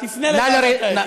תפנה לוועדת האתיקה.